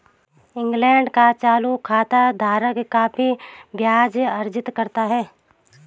England का चालू खाता धारक काफी ब्याज अर्जित करता है